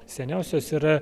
seniausios yra